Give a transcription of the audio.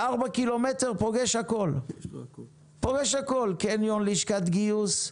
בארבעה קילומטר פוגש הכל: קניון, לשכת גיוס,